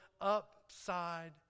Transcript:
upside